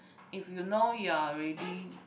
if you know you are already